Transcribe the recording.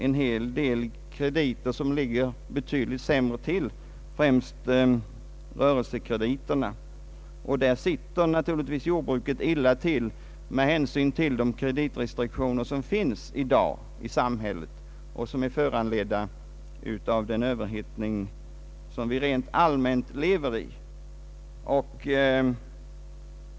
En hel del krediter ligger emellertid betydligt sämre till, främst rörelsekrediterna, och därvidlag sitter naturligtvis jordbruket illa till med hänsyn till gällande kreditrestriktioner, som är föranledda av den överhettade ekonomi vi lever i för närvarande.